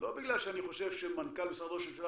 לא בגלל שאני חושב שמנכ"ל משרד ראש הממשלה